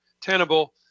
tenable